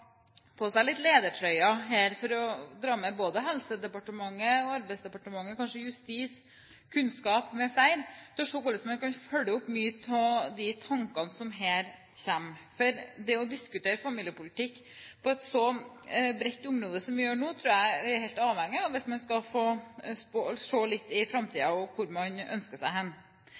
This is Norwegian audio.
på seg ledertrøya litt her for å dra med seg både Helsedepartementet, Arbeidsdepartementet, kanskje Justisdepartementet og Kunnskapsdepartementet m.fl. for å se på hvordan man kan følge opp mange av de tankene som kommer her. Det å diskutere familiepolitikk på et så bredt område som vi gjør nå, tror jeg man er helt avhengig av hvis man skal se litt framover i tid, og komme dit man ønsker seg.